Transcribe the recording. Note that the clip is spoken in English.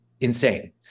insane